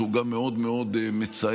שהוא גם מאוד מאוד מצער.